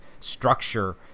structure